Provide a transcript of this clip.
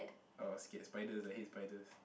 oh scared spiders I hate spiders